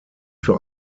für